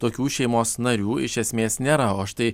tokių šeimos narių iš esmės nėra o štai